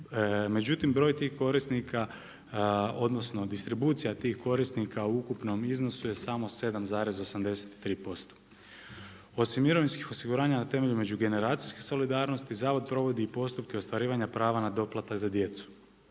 Međutim broj tih korisnika odnosno distribucija tih korisnika u ukupnom iznosu je samo 7,83%. Osim mirovinskih osiguranja na temelju međugeneracijske solidarnosti zavod provodi i postupke ostvarivanje prava na doplatak za djecu.